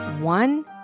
One